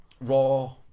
raw